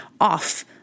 off